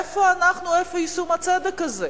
איפה אנחנו, איפה יישום הצדק הזה?